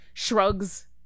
Shrugs